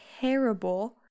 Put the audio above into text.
terrible